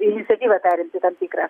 iniciatyvą perimti tam tikrą